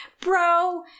bro